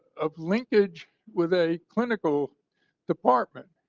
of linkage with a clinical department.